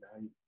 night